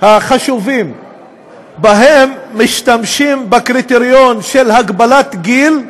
החשובים שבהם משתמשים בקריטריון של הגבלת גיל,